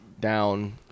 down